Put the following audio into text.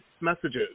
messages